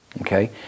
okay